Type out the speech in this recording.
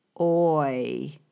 Oy